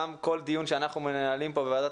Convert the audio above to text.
גם כל דיון שאנחנו מנהלים פה בוועדת